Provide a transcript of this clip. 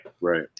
Right